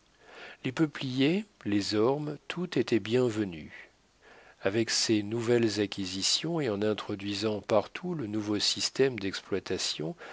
les peupliers les ormes tout était bien venu avec ses nouvelles acquisitions et en introduisant partout le nouveau système d'exploitation